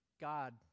God